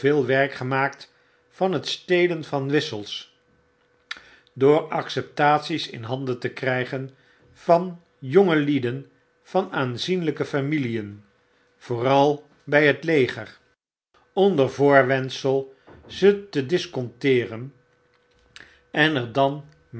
veel werk gemaakt van het stelen van wissels door acceptaties in handen te krygen van jongelieden van aanzienlyke familien vooral by het leger onder voorwendsel ze te disconteeren en er dan